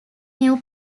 new